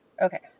Okay